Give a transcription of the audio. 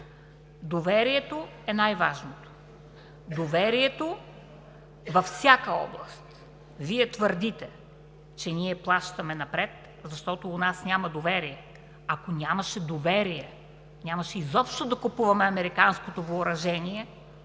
Доверието е най-важното, доверието във всяка област. Вие твърдите, че ние плащаме напред, защото у нас няма доверие. Ако нямаше доверие, нямаше изобщо да купуваме американското въоръжение